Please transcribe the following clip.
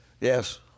Yes